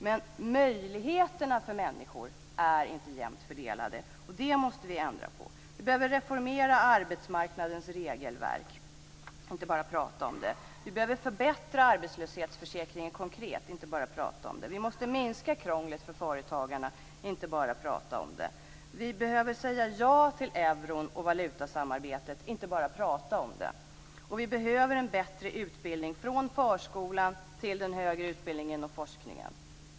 Men möjligheterna för människor är inte jämnt fördelade. Det måste vi ändra på. Vi behöver reformera arbetsmarknadens regelverk, inte bara prata om det. Vi behöver förbättra arbetslöshetsförsäkringen konkret, inte bara prata om det. Vi måste minska krånglet för företagarna, inte bara prata om det. Vi behöver säga ja till euron och valutasamarbetet, inte bara prata om det. Vi behöver en bättre utbildning, från förskolan till den högre utbildningen och forskningen.